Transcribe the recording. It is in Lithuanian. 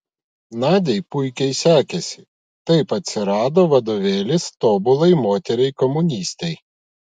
nadiai puikiai sekėsi taip atsirado vadovėlis tobulai moteriai komunistei